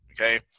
okay